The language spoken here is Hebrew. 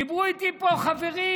דיברו איתי פה חברים,